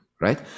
Right